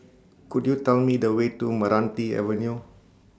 Could YOU Tell Me The Way to Meranti Avenue